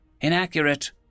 inaccurate